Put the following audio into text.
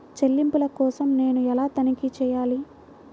చెల్లింపుల కోసం నేను ఎలా తనిఖీ చేయాలి?